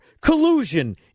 Collusion